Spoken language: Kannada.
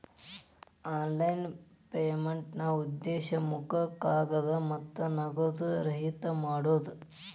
ಆನ್ಲೈನ್ ಪೇಮೆಂಟ್ನಾ ಉದ್ದೇಶ ಮುಖ ಕಾಗದ ಮತ್ತ ನಗದು ರಹಿತ ಮಾಡೋದ್